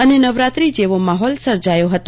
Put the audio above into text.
અને નવરાત્રી જેવો માહોલ સર્જાયો હતો